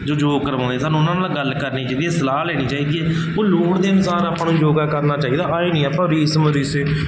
ਜੋ ਯੋਗ ਕਰਵਾਉਂਦੇ ਸਾਨੂੰ ਉਹਨਾਂ ਨਾਲ ਗੱਲ ਕਰਨੀ ਚਾਹੀਦੀ ਹੈ ਸਲਾਹ ਲੈਣੀ ਚਾਹੀਦੀ ਹੈ ਉਹ ਲੋੜ ਦੇ ਅਨੁਸਾਰ ਆਪਾਂ ਨੂੰ ਯੋਗਾ ਕਰਨਾ ਚਾਹੀਦਾ ਐਂਏ ਨਹੀਂ ਆਪਾਂ ਬਈ ਰੀਸਮ ਰੀਸ